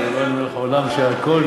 לא סגרת את הרשימה?